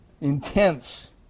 intense